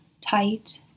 tight